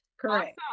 Correct